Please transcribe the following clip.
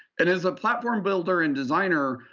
and as a platform builder and designer,